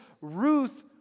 Ruth